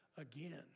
again